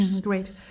Great